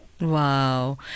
Wow